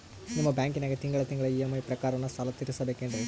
ನಿಮ್ಮ ಬ್ಯಾಂಕನಾಗ ತಿಂಗಳ ತಿಂಗಳ ಇ.ಎಂ.ಐ ಪ್ರಕಾರನ ಸಾಲ ತೀರಿಸಬೇಕೆನ್ರೀ?